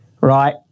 Right